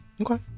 Okay